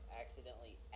accidentally